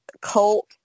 cult